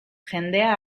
jendea